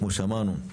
כמו שאמרנו,